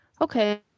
Okay